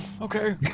okay